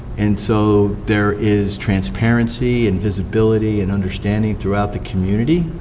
and so there is transparency and visibility and understanding throughout the community,